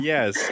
Yes